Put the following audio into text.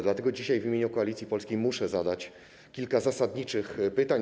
Dlatego dzisiaj w imieniu Koalicji Polskiej muszę zadać kilka zasadniczych pytań.